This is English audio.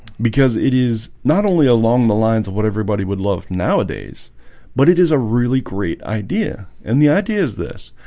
because it is not only along the lines of what everybody would love nowadays but it is a really great idea and the idea is this